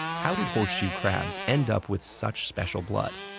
how did horseshoe crabs end up with such special blood?